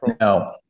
No